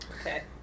Okay